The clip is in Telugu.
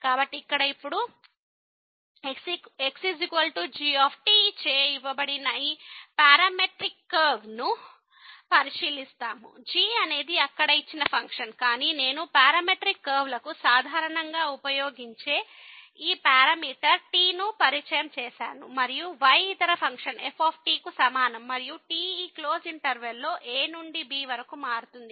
కాబట్టి ఇక్కడ ఇప్పుడు xg చే ఇవ్వబడిన ఈ పారామెట్రిక్ కర్వ్ ను పరిశీలిస్తాము g అనేది అక్కడ ఇచ్చిన ఫంక్షన్ కానీ నేను పారామెట్రిక్ కర్వ్లకు సాధారణంగా ఉపయోగించే ఈ పారామీటర్ t ను పరిచయం చేసాను మరియు y ఇతర ఫంక్షన్ f కు సమానం మరియు t ఈ క్లోజ్ ఇంటర్వెల్ లో a నుండి b వరకు మారుతుంది